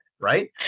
Right